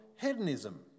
hedonism